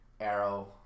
Arrow